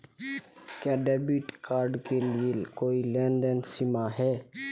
क्या debit card के लिए कोई लेनदेन सीमा है?